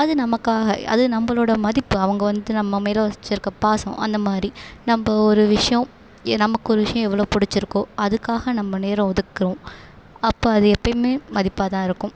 அது நமக்காக அது நம்மளோட மதிப்பு அவங்க வந்து நம்ம மேல வச்சிருக்க பாசம் அந்த மாதிரி நம்ம ஒரு விஷயம் நமக்கு ஒரு விஷயம் எவ்வளோ பிடிச்சிருக்கோ அதுக்காக நம்ம நேரம் ஒதுக்கிறோம் அப்போ அது எப்போயுமே மதிப்பாக தான் இருக்கும்